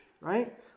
right